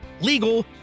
legal